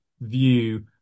view